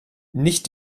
nicht